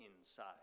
inside